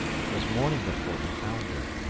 it was morning before they found her.